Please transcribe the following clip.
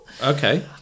Okay